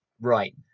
Right